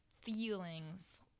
feelings